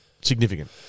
significant